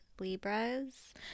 Libras